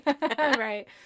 Right